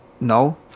No